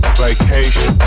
vacation